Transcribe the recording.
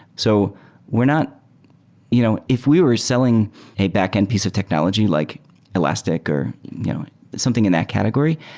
so we're not you know if we were selling a backend piece of technology like elastic or something in that category,